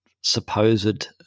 supposed